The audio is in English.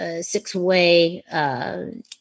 six-way